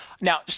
now